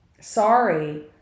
sorry